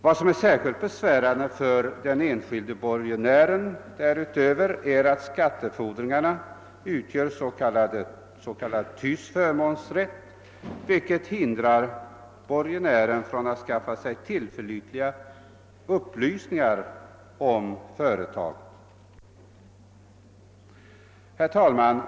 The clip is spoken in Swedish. Vad som därutöver är särskilt besvärande för den enskilde borgenären är att skattefordringarna har s.k. tyst förmånsrätt, vilket hindrar borgenären från att skaffa sig tillförlitliga upplysningar om företaget. Herr talman!